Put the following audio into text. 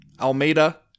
Almeida